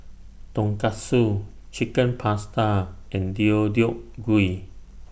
Tonkatsu Chicken Pasta and Deodeok Gui